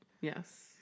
Yes